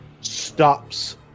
stops